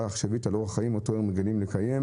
עכשווית על אורח חיים אותו הם רגילים לקיים,"